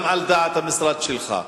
גם על דעת המשרד שלך,